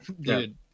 dude